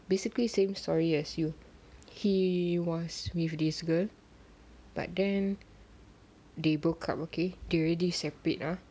basically same story as you he was with this girl but then they broke up okay they already separate ah